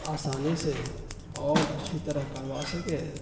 آسانی سے اور اچھی طرح کروا سکے